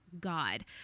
God